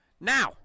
Now